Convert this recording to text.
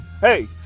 Hey